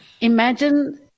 imagine